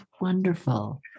wonderful